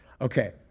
Okay